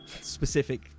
specific